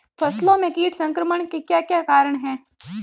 फसलों में कीट संक्रमण के क्या क्या कारण है?